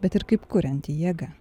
bet ir kaip kurianti jėga